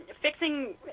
Fixing